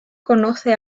conoce